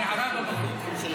הערה במקום.